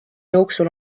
jooksul